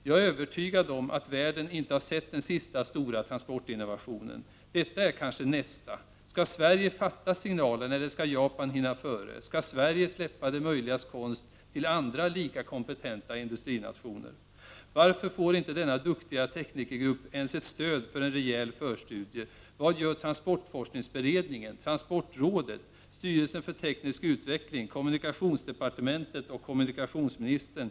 Jag är övertygad om att världen inte har sett den sista stora transportinnovationen. Detta är kanske nästa. Skall Sverige fatta signalerna eller skall Japan hinna före? Skall Sverige släppa det möjligas konst till andra lika kompetenta industrinationer? Varför får inte denna duktiga teknikergrupp ens ett stöd för en rejäl förstudie? Vad gör transportforskningsberedningen, transportrådet, styrelsen för teknisk utveckling, kommunikationsdepartementet och kommunikationsministern?